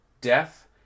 death